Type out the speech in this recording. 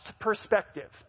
perspective